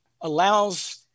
allows